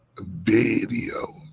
video